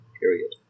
period